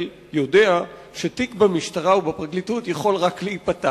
יודע שתיק במשטרה או בפרקליטות יכול להיפתח